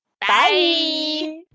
Bye